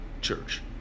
church